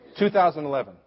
2011